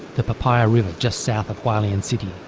the papaya river just south of hualien city.